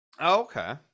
okay